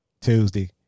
Tuesday